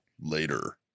Later